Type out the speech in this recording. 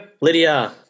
Lydia